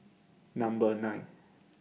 Number nine